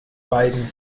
beiden